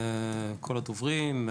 כל הדוברים,